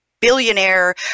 billionaire